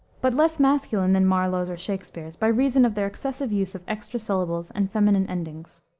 but less masculine than marlowe's or shakspere's, by reason of their excessive use of extra syllables and feminine endings.